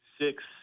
six